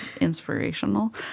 Inspirational